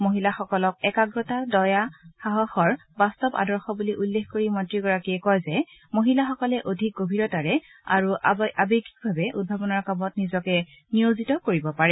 মহিলাসকলক একাগ্ৰতা দয়া সাহসৰ বাস্তৱ আদৰ্শ বুলি উল্লেখ কৰি মন্ত্ৰীগৰাকীয়ে কয় যে মহিলাসকলে অধিক গভীৰতাৰে আৰু আৱেগিকভাৱে উদ্ভাৱনৰ কামত নিজকে নিয়োজিত কৰিব পাৰে